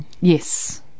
Yes